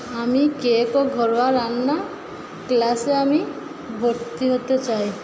আমি কেক ও ঘরোয়া রান্নার ক্লাসে আমি ভরতি হতে চাই